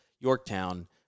Yorktown